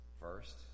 first